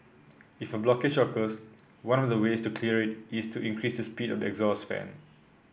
if a blockage occurs one of the ways to clear it is to increase the speed of the exhaust fan